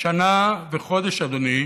זה שנה וחודש, אדוני,